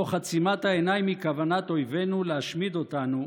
תוך עצימת העיניים מכוונת אויבינו להשמיד אותנו,